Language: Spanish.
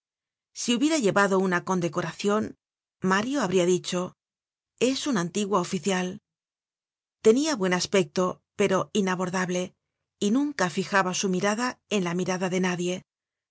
si hubiera llevado una condecoracion mario habria dicho es un antiguo oficial tenia buen aspecto pero inabordable y nunca fijaba su mirada en la mirada de nadie